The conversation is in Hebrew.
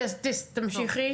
תמשיכי.